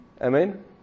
Amen